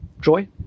Joy